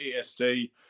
EST